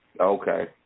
Okay